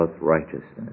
righteousness